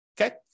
okay